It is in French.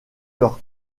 leur